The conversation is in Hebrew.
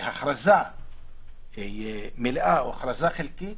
שהכרזה מלאה או הכרזה חלקית